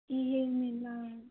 ਇਹ ਮੇਲਾ